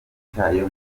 cyayo